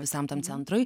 visam tam centrui